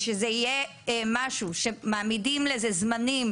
ושזה יהיה משהו שמעמידים לו זמנים,